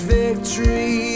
victory